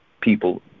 people